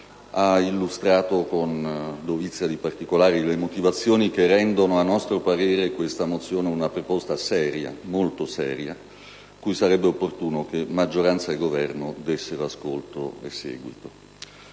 ha illustrato con dovizia di particolari le motivazioni che, a nostro parere, rendono questa mozione una proposta molto seria cui sarebbe opportuno che maggioranza e Governo dessero ascolto e seguito.